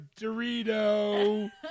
Dorito